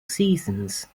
seasons